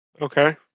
Okay